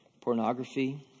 Pornography